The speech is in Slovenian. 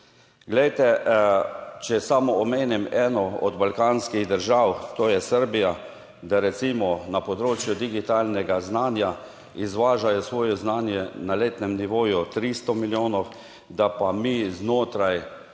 Glejte, če samo omenim eno od balkanskih držav, to je Srbija. Da recimo na področju digitalnega znanja izvažajo svoje znanje na letnem nivoju 300 milijonov, da pa mi znotraj,